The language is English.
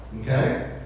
Okay